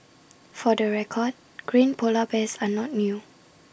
for the record green Polar Bears are not new